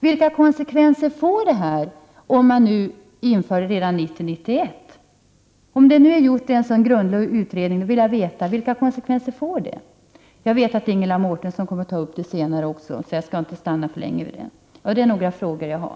Vilka konsekvenser får det om man inför detta redan 1990/91? Det har ju gjorts en så grundlig utredning, så jag borde kunna få svar. Jag vet att Ingela Mårtensson också kommer att ta upp detta senare, så jag skall inte stanna för länge vid det. Ja, det var några frågor jag har.